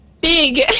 big